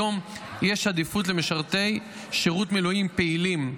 כיום יש עדיפות למשרתי שירות מילואים פעילים,